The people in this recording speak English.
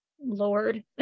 Lord